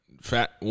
Fat